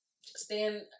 stand